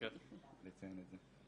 לציין את זה.